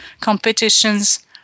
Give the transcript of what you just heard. competitions